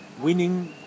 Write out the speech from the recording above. winning